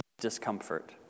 discomfort